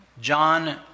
John